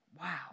Wow